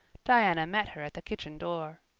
diana met her at the kitchen door.